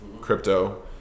crypto